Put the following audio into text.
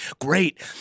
Great